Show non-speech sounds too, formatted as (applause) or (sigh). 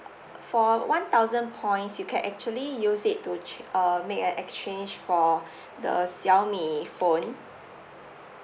for one thousand points you can actually use it to chan~ uh make a exchange for (breath) the xiaomi phone